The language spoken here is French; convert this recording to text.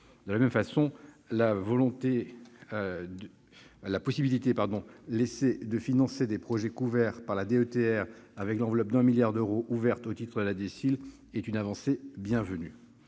De la même façon, la possibilité offerte de financer des projets couverts par la DETR avec l'enveloppe de 1 milliard d'euros ouverte au titre de la DSIL est une avancée bienvenue.